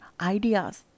ideas